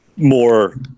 More